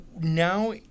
now